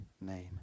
name